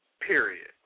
Period